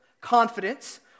confidence